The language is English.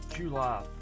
July